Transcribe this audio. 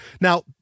Now